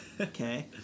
Okay